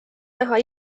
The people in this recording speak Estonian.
näha